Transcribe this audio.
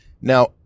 Now